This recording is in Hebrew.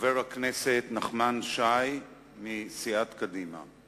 חבר הכנסת נחמן שי מסיעת קדימה.